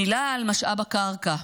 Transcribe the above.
מילה על משאב הקרקע: